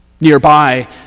Nearby